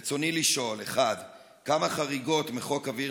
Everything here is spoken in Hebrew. רצוני לשאול: 1. כמה חריגות מחוק אוויר